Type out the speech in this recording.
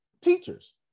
Teachers